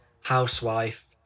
housewife